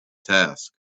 task